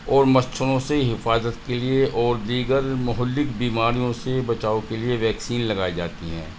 اور مچھروں سے حفاظت کے لیے اور دیگر مہلک بیماریوں سے بچاؤ کے لیے ویکسین لگائی جاتی ہیں